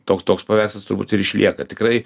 toks toks paveikslas turbūt ir išlieka tikrai